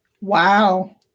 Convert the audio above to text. Wow